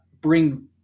bring